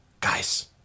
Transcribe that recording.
Guys